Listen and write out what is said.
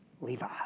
Levi